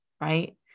right